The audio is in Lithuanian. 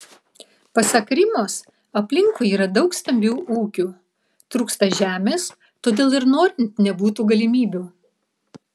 pasak rimos aplinkui yra daug stambių ūkių trūksta žemės todėl ir norint nebūtų galimybių